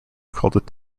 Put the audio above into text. called